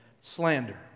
slander